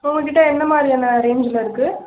உங்கள்கிட்ட என்ன மாதிரியான ரேஞ்சில் இருக்குது